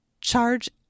charge